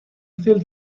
sealed